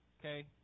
okay